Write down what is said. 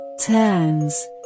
turns